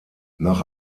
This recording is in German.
nach